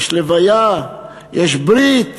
יש הלוויה, יש ברית,